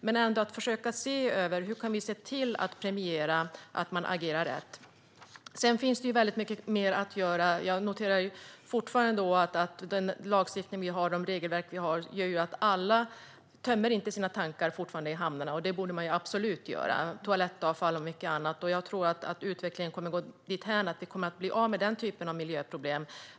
Men det handlar om att försöka se över hur vi kan se till att premiera att man agerar rätt. Sedan finns det väldigt mycket mer att göra. Den lagstiftning vi har och de regelverk vi har gör att det fortfarande är så att inte alla tömmer sina tankar i hamnarna, vilket man absolut borde göra. Det gäller toalettavfall och mycket annat. Jag tror att utvecklingen kommer att gå dithän att vi blir av med den typen av miljöproblem.